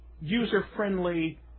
user-friendly